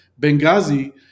Benghazi